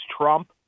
Trump